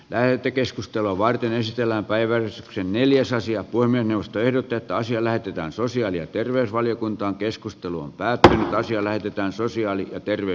lähetekeskustelua varten stella päivän neljäs asia kuin minusta erotetaan siellä pitää sosiaali ja terveysvaliokunta keskustelun pääteemana siellä jotain sosiaali ja menovaikutuksia